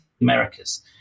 Americas